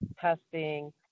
testing